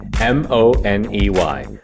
M-O-N-E-Y